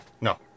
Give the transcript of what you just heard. No